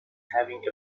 having